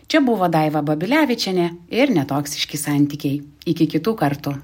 čia buvo daiva babilevičienė ir netoksiški santykiai iki kitų kartų